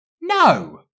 No